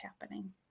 happening